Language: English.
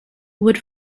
wood